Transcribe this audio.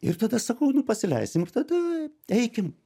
ir tada sakau nu pasileisim ir tada eikim